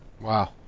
wow